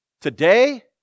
Today